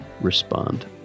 respond